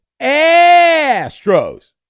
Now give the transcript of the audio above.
Astros